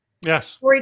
Yes